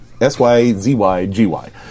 S-Y-Z-Y-G-Y